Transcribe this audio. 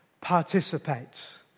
participates